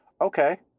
okay